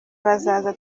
bazaza